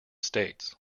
states